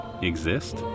exist